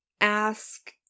ask